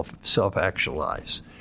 self-actualize